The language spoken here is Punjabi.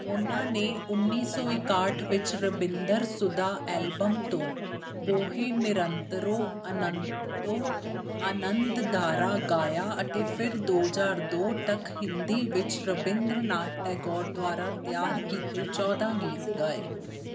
ਉਨ੍ਹਾਂ ਨੇ ਉੱਨੀ ਸੌ ਇਕਾਹਠ ਵਿੱਚ ਰਬਿੰਦਰ ਸੁਧਾ ਐਲਬਮ ਤੋਂ ਬੋਹੇ ਨਿਰੰਤਰੋ ਅਨੰਤੋ ਆਨੰਦਧਾਰਾ ਗਾਇਆ ਅਤੇ ਫਿਰ ਦੋ ਹਜ਼ਾਰ ਦੋ ਤੱਕ ਹਿੰਦੀ ਵਿੱਚ ਰਬਿੰਦਰਨਾਥ ਟੈਗੋਰ ਦੁਆਰਾ ਤਿਆਰ ਕੀਤੇ ਚੌਦ੍ਹਾਂ ਗੀਤ ਗਾਏ